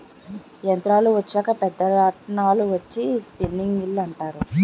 యంత్రాలు వచ్చాక పెద్ద రాట్నాలు వచ్చి స్పిన్నింగ్ మిల్లు అంటారు